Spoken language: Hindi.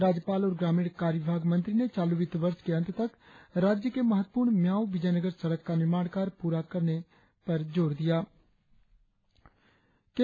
राज्यपाल और ग्रामीण कार्यविभाग मंत्री ने चालू वित्त वर्ष के अंत तक राज्य के महत्वपूर्ण मियाओ विजयनगर सड़क का निर्माण कार्य पूरा करने पर चर्चा की